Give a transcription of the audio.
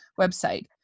Website